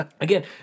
Again